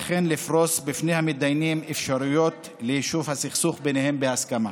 וכן לפרוס בפני המתדיינים אפשרויות ליישוב הסכסוך ביניהם בהסכמה.